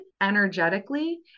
energetically